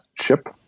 ship